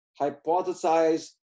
hypothesize